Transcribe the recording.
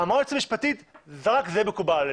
היועץ המשפטי זרק: זה מקובל עלינו,